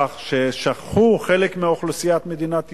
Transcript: ששכחו חלק מאוכלוסיית מדינת ישראל,